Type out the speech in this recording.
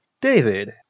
David